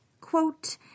quote